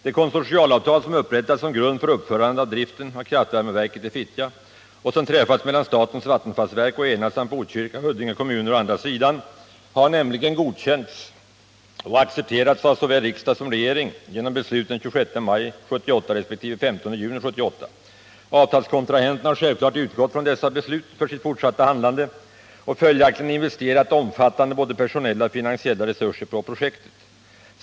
Det konsortialavtal som upprättats som grund för uppförandet och driften av kraftvärmeverket i Fittja och som träffats mellan statens vattenfallsverk å ena sidan samt Botkyrka och Huddinge kommuner å andra sidan har nämligen godkänts av såväl riksdag som regering genom beslut den 26 maj 1978 resp. den 15 juni 1978. Avtalskontrahenterna har självfallet utgått från dessa beslut vid sitt fortsatta handlande och följaktligen investerat omfattande både personella och finansiella resurser i projektet.